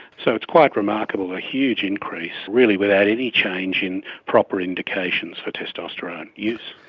so it's quite remarkable, a huge increase, really without any change in proper indications for testosterone use.